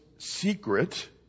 secret